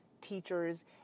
teachers